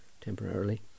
temporarily